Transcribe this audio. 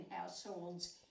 households